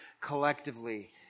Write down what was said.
collectively